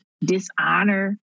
dishonor